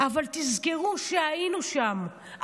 אבל תזכרו שהיינו שם,